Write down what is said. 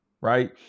right